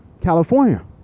California